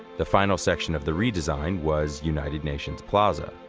the final section of the redesign was united nations plaza.